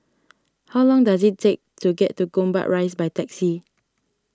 how long does it take to get to Gombak Rise by taxi